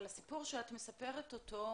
אבל הסיפור שאת מספרת אותו,